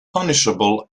punishable